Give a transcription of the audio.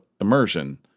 immersion